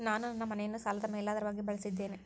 ನಾನು ನನ್ನ ಮನೆಯನ್ನು ಸಾಲದ ಮೇಲಾಧಾರವಾಗಿ ಬಳಸಿದ್ದೇನೆ